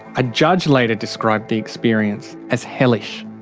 a judge later described the experience as hellish.